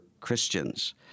Christians